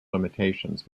limitations